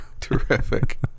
terrific